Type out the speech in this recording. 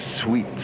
sweet